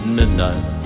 midnight